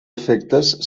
efectes